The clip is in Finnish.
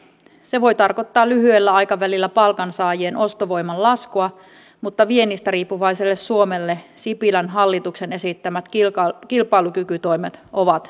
se voi tarkoittaa lyhyellä aikavälillä palkansaajien ostovoiman laskua mutta viennistä riippuvaiselle suomelle sipilän hallituksen esittämät kilpailukykytoimet ovat välttämättömiä